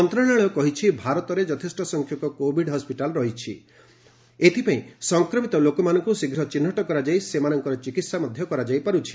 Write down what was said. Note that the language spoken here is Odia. ମନ୍ତ୍ରଣାଳୟ କହିଛି ଭାରତରେ ଯଥେଷ୍ଟ ସଂଖ୍ୟକ କୋଭିଡ୍ ହସ୍କିଟାଲ୍ ରହିଛି ଓ ଏଥିପାଇଁ ସଂକ୍ରମିତ ଲୋକମାନଙ୍କୁ ଶୀଘ୍ର ଚିହ୍ନଟ କରାଯାଇ ସେମାନଙ୍କର ଚିକିତ୍ସା କରାଯାଇ ପାରୁଛି